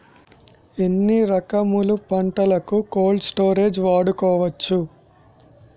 ఎన్ని రకములు పంటలకు కోల్డ్ స్టోరేజ్ వాడుకోవచ్చు?